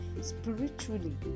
spiritually